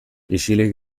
isilik